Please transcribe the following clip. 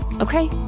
Okay